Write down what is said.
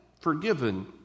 forgiven